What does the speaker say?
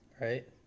Right